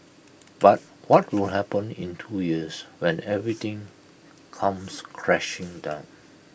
but what do happen in two years when everything comes crashing down